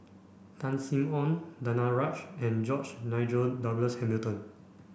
Tan Sin Aun Danaraj and George Nigel Douglas Hamilton